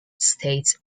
states